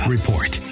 Report